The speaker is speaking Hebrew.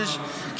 יש כמה --- כן,